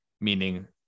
meaning